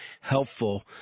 helpful